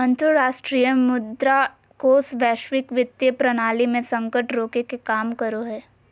अंतरराष्ट्रीय मुद्रा कोष वैश्विक वित्तीय प्रणाली मे संकट रोके के काम करो हय